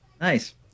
nice